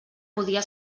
podia